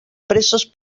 presses